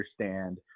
understand